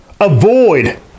Avoid